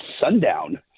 sundown